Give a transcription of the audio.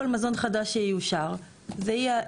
כל מזון חדש שיאושר זה יהיה,